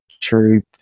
truth